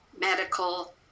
medical